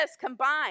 combined